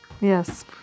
Yes